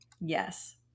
yes